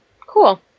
Cool